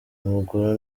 umugore